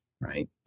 right